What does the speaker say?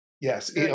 Yes